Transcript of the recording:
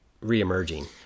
re-emerging